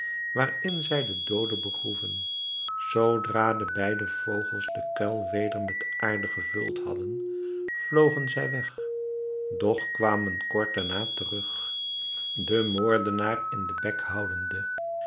waarin zij den doode begroeven zoodra de beide vogels den kuil weder met aarde gevuld hadden vlogen zij weg doch kwamen kort daarna terug den moordenaar in den bek houdende